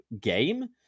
game